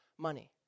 Money